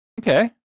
Okay